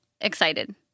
excited